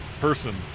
person